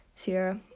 Sierra